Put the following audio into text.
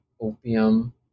opium